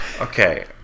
Okay